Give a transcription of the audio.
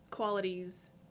Qualities